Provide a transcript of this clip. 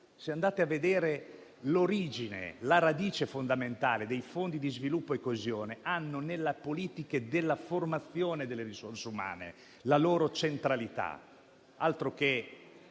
Se andate a vedere l'origine e la radice fondamentale dei fondi di sviluppo e coesione, questi hanno nelle politiche della formazione delle risorse umane la loro centralità; altro che